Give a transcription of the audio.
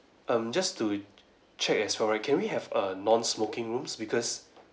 um just to check as well right can we have a non smoking rooms because